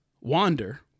wander